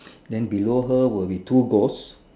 then below her will be two goals